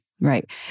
Right